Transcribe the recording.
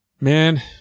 Man